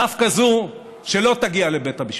דווקא זאת שלא תגיע לבית המשפט,